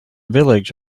village